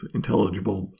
intelligible